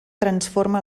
transforma